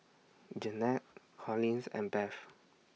Jeanne Collins and Bev